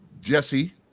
Jesse